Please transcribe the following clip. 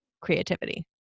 creativity